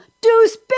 Deuce